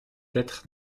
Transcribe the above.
être